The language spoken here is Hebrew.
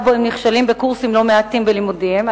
שבו הם נכשלים בקורסים לא מעטים בלימודיהם.